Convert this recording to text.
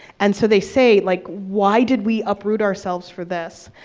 and so they say, like, why did we uproot ourselves for this?